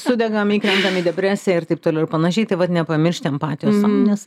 sudegam įkrentam į depresiją ir taip toliau ir panašiai tai vat nepamiršti empatijos sau nes